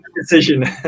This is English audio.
decision